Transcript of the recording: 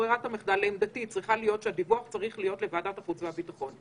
המחדל היא דיווח לוועדת החוץ והביטחון.